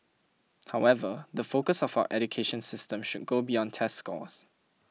however the focus of our education system should go beyond test scores